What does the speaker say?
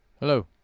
hello